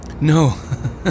No